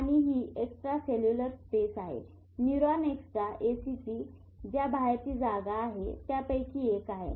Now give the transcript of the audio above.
आणि ही extra cellular space आहे न्यूरॉन एक्स्ट्रा ACH च्या बाहेरची जागा त्यापैकी एक आहे